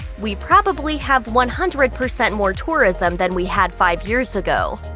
we probably have one hundred percent more tourism than we had five years ago.